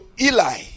Eli